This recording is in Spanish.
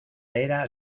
era